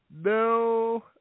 No